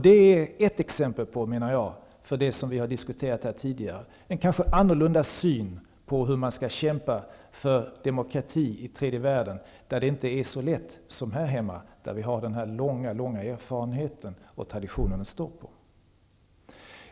Det är ett exempel på det som vi har diskuterat här tidigare, en kanske annorlunda syn på hur man skall kämpa för demokrati i tredje världen, där det inte är så lätt som här hemma, med vår långa erfarenhet och vår tradition att stå på.